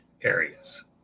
areas